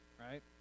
right